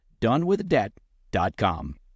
donewithdebt.com